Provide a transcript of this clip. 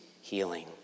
healing